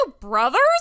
brothers